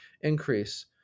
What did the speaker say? increase